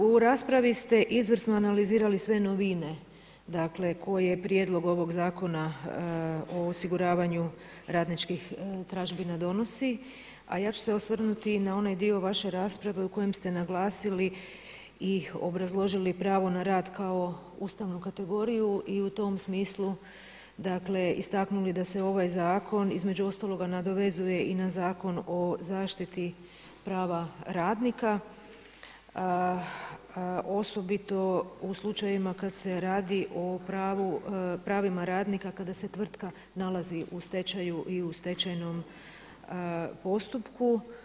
U raspravi ste izvrsno analizirali sve novine dakle koje prijedlog ovog Zakona o osiguravanju radničkih tražbina donosi a ja ću se osvrnuti i na onaj dio vaše rasprave u kojem ste naglasili i obrazložili pravo na rad kao ustavnu kategoriju i u tom smislu dakle istaknuli da se ovaj zakon između ostaloga nadovezuje i na Zakon o zaštiti prava radnika osobito u slučajevima kada se radi o pravima radnika kada se tvrtka nalazi u stečaju i u stečajnom postupku.